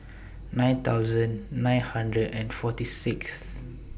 nine thousand nine hundred and forty Sixth